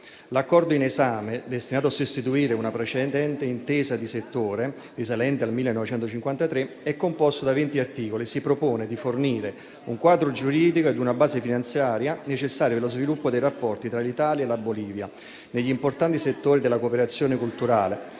L'Accordo in esame, destinato a sostituire una precedente intesa di settore risalente al 1953, è composto da 20 articoli e si propone di fornire un quadro giuridico e una base finanziaria necessaria allo sviluppo dei rapporti tra l'Italia e la Bolivia negli importanti settori della cooperazione culturale,